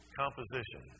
composition